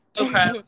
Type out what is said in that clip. okay